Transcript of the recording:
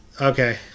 Okay